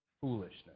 foolishness